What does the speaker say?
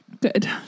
Good